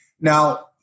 Now